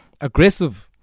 Aggressive